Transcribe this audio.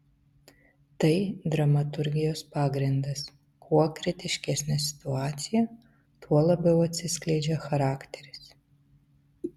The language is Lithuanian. tai dramaturgijos pagrindas kuo kritiškesnė situacija tuo labiau atsiskleidžia charakteris